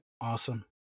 Awesome